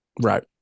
Right